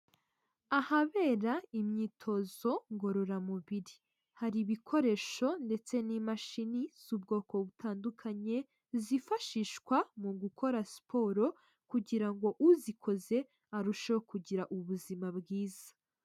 Ahabera imyitozo ngororamubiri, hari ibikoresho ndetse n'imashini z'ubwoko butandukanye zifashishwa mu gukora siporo; kugira ngo uzikoze arusheho kugira ubuzima bwiza.